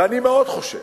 ואני מאוד חושש.